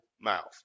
mouth